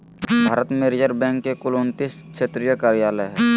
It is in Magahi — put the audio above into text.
भारत में रिज़र्व बैंक के कुल उन्तीस क्षेत्रीय कार्यालय हइ